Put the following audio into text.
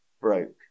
broke